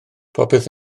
popeth